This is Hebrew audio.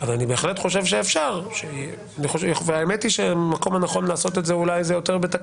אני יכולה להגיד לך שאני לא מקבלת את האמירה הזאת שהרשות המבצעת